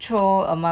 so it's like a